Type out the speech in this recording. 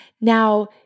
Now